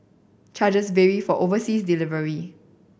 charges vary for overseas delivery